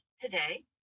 today